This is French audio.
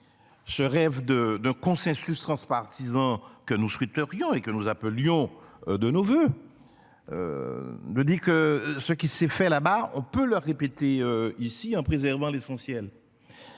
Ce rêve de de consensus transpartisan que nous souhaiterions et que nous appelions de nos voeux. Ne dit que ce qui s'est fait la barre on peut le répéter ici en préservant l'essentiel.